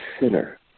sinner